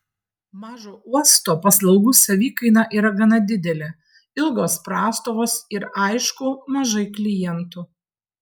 mažo uosto paslaugų savikaina yra gana didelė ilgos prastovos ir aišku mažai klientų